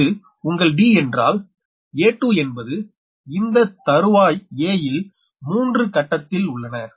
இது உங்கள் d என்றால் a2 என்பது இந்த தருவாய் a யில் மூன்று கட்டத்தில் உள்ளன